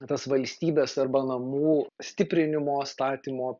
tas valstybės arba namų stiprinimo statymo